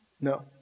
No